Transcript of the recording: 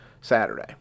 Saturday